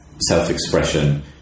self-expression